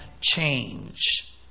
change